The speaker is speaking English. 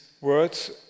words